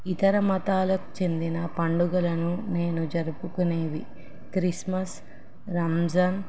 ఇతర మతాలకు చెందిన పండుగలను నేను జరుపుకునేవి క్రిస్మస్ రంజాన్